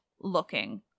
looking